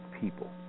people